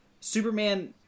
Superman